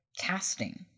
casting